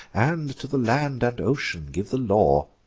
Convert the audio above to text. and to the land and ocean give the law.